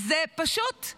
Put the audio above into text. זה פשוט,